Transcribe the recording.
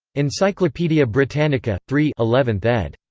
encyclopaedia britannica. three eleventh ed.